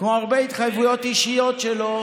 כמו הרבה התחייבויות אישיות שלו,